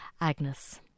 Agnes